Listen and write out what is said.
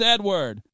Edward